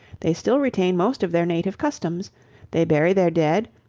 they still retain most of their native customs they bury their dead,